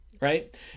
right